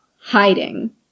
hiding